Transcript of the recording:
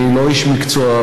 אני לא איש מקצוע.